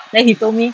then he told me